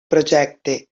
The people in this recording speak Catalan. projecte